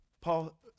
Paul